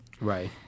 Right